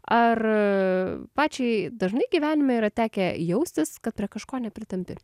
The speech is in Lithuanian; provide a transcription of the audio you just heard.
ar pačiai dažnai gyvenime yra tekę jaustis kad yra kažko nepritampi